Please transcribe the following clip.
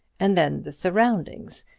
and then the surroundings.